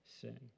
sin